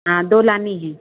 हाँ दो लानी है